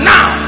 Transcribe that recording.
Now